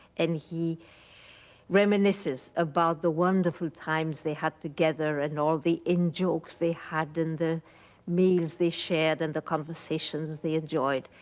and he reminisces about the wonderful times they had together and all the in jokes they had and the meals they shared and the conversations they enjoyed.